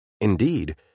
Indeed